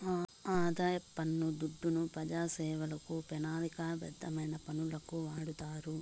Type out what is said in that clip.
ఆదాయ పన్ను దుడ్డు పెజాసేవలకు, పెనాలిక బద్ధమైన పనులకు వాడతారు